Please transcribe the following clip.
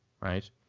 right